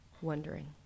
wondering